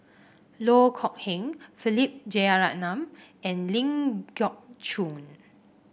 Loh Kok Heng Philip Jeyaretnam and Ling Geok Choon